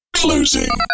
closing